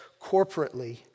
corporately